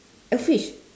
uh fish